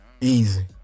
Easy